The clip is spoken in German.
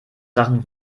sachen